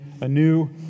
anew